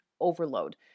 overload